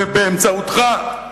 ובאמצעותך,